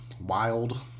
wild